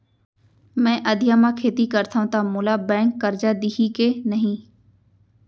मैं अधिया म खेती करथंव त मोला बैंक करजा दिही के नही?